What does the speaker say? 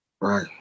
right